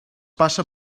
passe